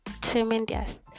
tremendous